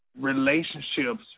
relationships